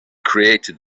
created